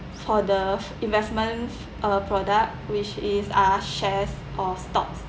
for the investments uh product which is ah shares or stocks